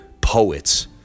poets